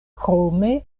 krome